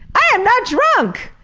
i am not drunk,